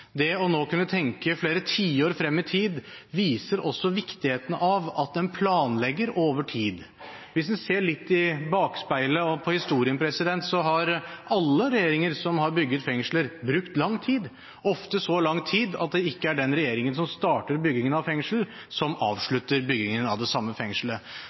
Det nå å kunne tenke flere tiår frem i tid, viser også viktigheten av at en planlegger over tid. Hvis en ser litt i bakspeilet og på historien, så har alle regjeringer som har bygget fengsler, brukt lang tid – ofte så lang tid at det ikke er den regjeringen som starter byggingen av et fengsel, som avslutter byggingen av det samme fengslet.